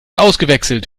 ausgewechselt